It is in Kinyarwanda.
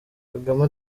kagame